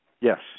Yes